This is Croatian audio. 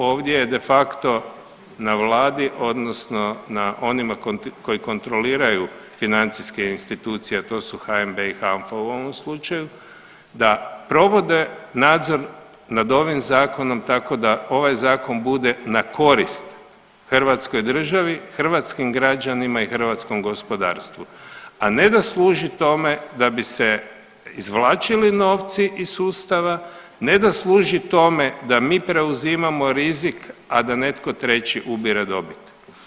Ovdje je de facto na vladi odnosno na onima koji kontroliraju financijske institucije, a to su HNB i HANFA u ovom slučaju, da provode nadzor nad ovim zakonom tako da ovaj zakon bude na korist hrvatskoj državi, hrvatskim građanima i hrvatskom gospodarstvu, a ne da služi tome da bi se izvlačili novci iz sustava, ne da služi tome da mi preuzimamo rizik, a da netko treći ubire dobit.